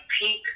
peak